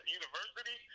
university